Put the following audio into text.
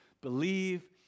believe